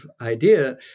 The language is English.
idea